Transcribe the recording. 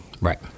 Right